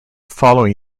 following